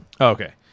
Okay